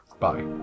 Bye